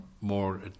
more